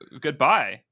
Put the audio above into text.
goodbye